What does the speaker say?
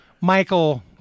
Michael